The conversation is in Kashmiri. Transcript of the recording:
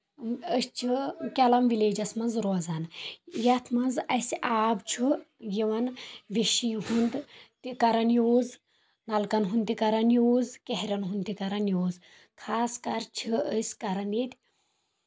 أسۍ چھِ کیلم ولیجس منٛز روزان یتھ منٛز اسہِ آب چھُ یِوان وِشیوٗ ہُنٛد تہِ کران یوٗز نلکن ہُنٛد تہِ کران یوٗز کیہرٮ۪ن ہُنٛد تہِ کران یوٗز خاص کر چھِ أسۍ کران ییٚتہِ